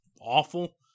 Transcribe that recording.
awful